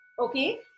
Okay